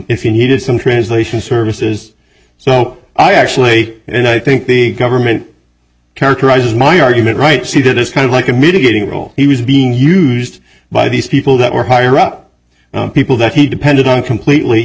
if you needed some translation services so i actually and i think the government characterizes my argument right see that as kind of like a mitigating role he was being used by these people that were higher up people that he depended on completely